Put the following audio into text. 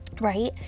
Right